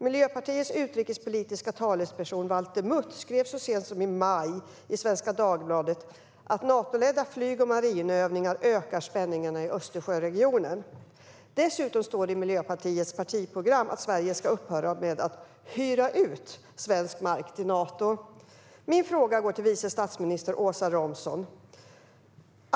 Miljöpartiets utrikespolitiska talesperson, Valter Mutt, skrev så sent som i maj i Svenska Dagbladet att Natoledda flyg och marinövningar ökar spänningarna i Östersjöregionen. Dessutom står det i Miljöpartiets partiprogram att Sverige ska upphöra med att hyra ut svensk mark till Nato. Min fråga går till vice statsminister Åsa Romson.